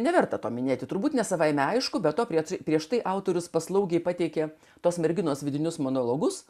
neverta to minėti turbūt ne savaime aišku be to prie prieš tai autorius paslaugiai pateikė tos merginos vidinius monologus